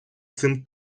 цим